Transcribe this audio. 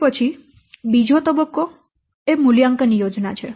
તે પછી બીજો તબક્કો એ મૂલ્યાંકન યોજના છે